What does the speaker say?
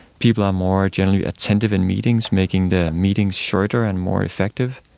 people are more generally attentive in meetings, making the meetings shorter and more effective.